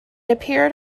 appeared